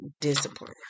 discipline